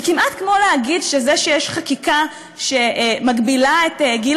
זה כמעט כמו להגיד שזה שיש חקיקה שמגבילה את גיל